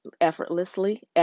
effortlessly